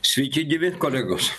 sveiki gyvi kolegos